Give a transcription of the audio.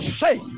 say